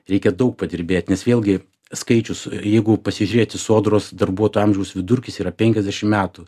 reikia daug padirbėt nes vėlgi skaičius jeigu pasižiūrėti sodros darbuotojų amžiaus vidurkis yra penkiasdešim metų